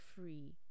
free